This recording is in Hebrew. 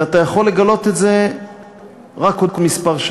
ואתה יכול לגלות את זה רק אחרי כמה שנים,